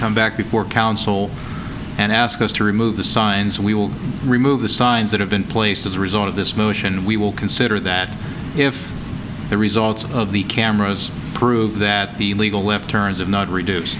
come back before council and ask us to remove the signs we will remove the signs that have been placed as a result of this motion and we will consider that if the results of the cameras prove that the legal left turns have not reduced